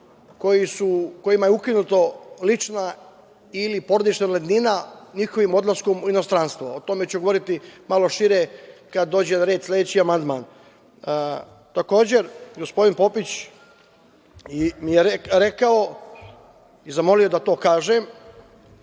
kojima je ukinuta lična ili porodična invalidnina, njihovim odlaskom u inostranstvo. O tome ću govoriti malo šire kada dođe na red sledeći amandman. Takođe, gospodin Popić mi je rekao i zamolio da to kažem,